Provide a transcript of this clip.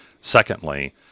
Secondly